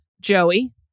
Joey